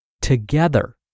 together